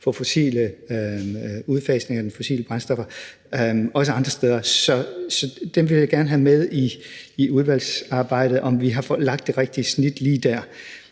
er fokus på udfasning af de fossile brændstoffer. Så dem vil jeg gerne have med i udvalgsarbejdet for at se, om vi har lagt det rigtige snit lige der.